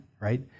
right